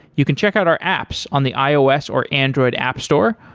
you can check out our apps on the ios or android app store.